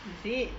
is it